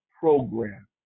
program